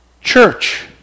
church